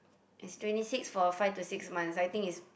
is twenty six for five to six months I think is